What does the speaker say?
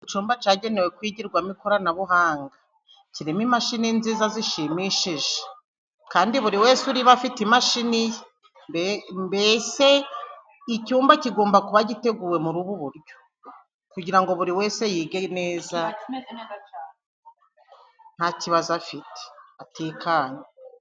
Icyumba cyagenewe kwigirwamo ikoranabuhanga. Kirimo imashini nziza zishimishije. Kandi buri wese urimo afite imashini ye. Mbese icyumba kigomba kuba giteguwe muri ubu buryo. Kugira ngo buri wese yige neza, nta kibazo afite, atekanye.